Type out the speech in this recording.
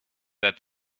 that